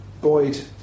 Boyd